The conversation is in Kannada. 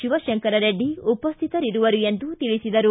ಶಿವಶಂಕರರೆಡ್ಡಿ ಉಪಸ್ಥಿತರಿರುವರು ಎಂದು ತಿಳಿಸಿದರು